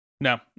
No